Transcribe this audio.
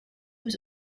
was